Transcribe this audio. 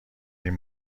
این